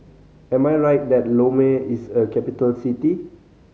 am I right that Lome is a capital city